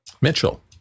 Mitchell